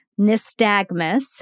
nystagmus